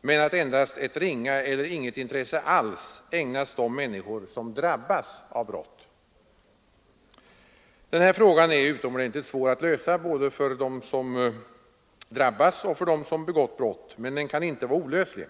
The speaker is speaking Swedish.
men att endast ett ringa eller inget intresse alls ägnas de människor som drabbas av brott. Den här frågan är utomordentligt svår att lösa både för dem som drabbas och för dem som begått brott, men den kan inte vara olöslig.